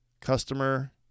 customer